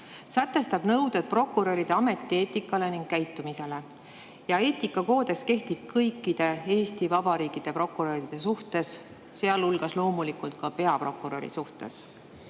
sätestab nõuded prokuröride ametieetikale ning käitumisele. Eetikakoodeks kehtib kõikidele Eesti Vabariigi prokuröridele, sealhulgas loomulikult peaprokurörile.